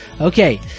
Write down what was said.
Okay